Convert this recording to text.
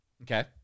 Okay